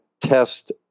test